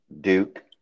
Duke